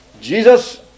Jesus